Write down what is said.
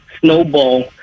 snowball